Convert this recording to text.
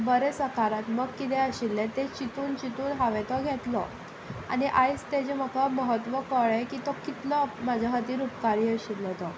बरें सकारात्मक कितें आशिल्लें तें चिंतून चिंतून हांवें तो घेतलो आनी आयज ताचें म्हाका महत्व कळ्ळें की तो कितलो म्हज्या खातीर उपकारी आशिल्लो तो